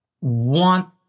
want